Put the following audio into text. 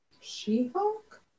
She-Hulk